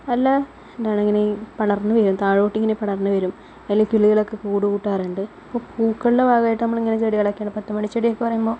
അല്ല ഇതാണിങ്ങനെ ഈ പടർന്ന് വരും താഴോട്ടിങ്ങനെ പടർന്ന് വരും അതിൽ കിളികളൊക്കെ കൂട് കൂട്ടാറുണ്ട് അപ്പോൾ പൂക്കളിൻ്റെ ഭാഗമായിട്ട് നമ്മൾ ഇങ്ങനെ ചെടികളൊക്കെയാണ് പത്തു മണി ചെടിയൊക്കെ പറയുമ്പോൾ